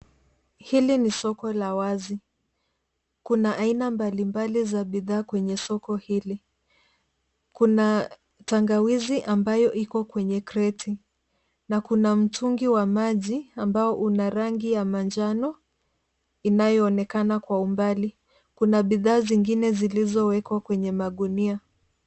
Hili ni soko la wazi. Kuna aina mbalimbali za bidhaa kwenye soko hili. Kuna tangawizi ambayo iko kwenye kreti na kuna mtungi wa maji ambao una rangi ya manjano inayonekana kwa umbali. Kuna bidhaa zingine zilizowekwa kwenye magunia.